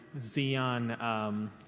Xeon